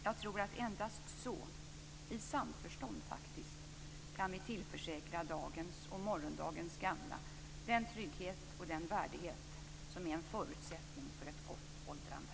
Jag tror att endast så - i samförstånd - kan vi tillförsäkra dagens och morgondagens gamla den trygghet och den värdighet som är en förutsättning för ett gott åldrande.